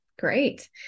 great